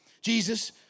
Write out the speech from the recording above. Jesus